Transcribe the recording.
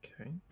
Okay